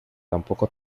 tampoco